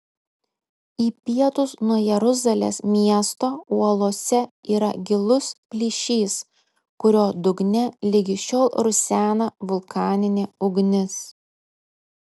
į pietus nuo jeruzalės miesto uolose yra gilus plyšys kurio dugne ligi šiol rusena vulkaninė ugnis